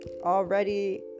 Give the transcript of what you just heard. already